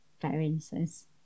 variances